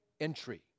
entry